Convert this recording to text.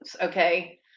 Okay